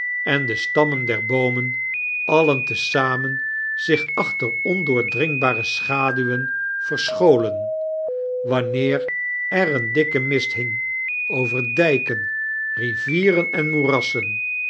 en de sitammen der boomen alien te zamen zich achter ondoordringbare schaduwen verscfaolen wanneer er een dikke mist himg over dijken rivieren en nioerassen